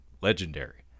legendary